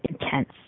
intense